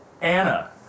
Anna